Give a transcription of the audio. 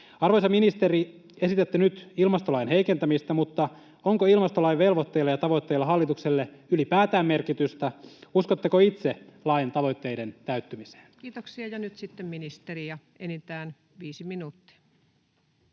Arvoisa ministeri: Esitätte nyt ilmastolain heikentämistä, mutta onko ilmastolain velvoitteilla ja tavoitteilla hallitukselle ylipäätään merkitystä? Uskotteko itse lain tavoitteiden täyttymiseen? [Speech 149] Speaker: Ensimmäinen varapuhemies